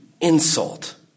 insult